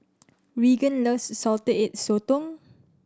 Raegan loves Salted Egg Sotong